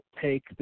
take